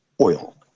oil